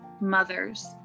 mothers